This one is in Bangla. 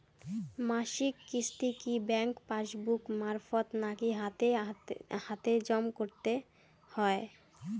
মাসিক কিস্তি কি ব্যাংক পাসবুক মারফত নাকি হাতে হাতেজম করতে হয়?